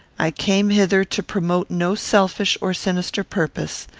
i came hither to promote no selfish or sinister purpose.